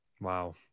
Wow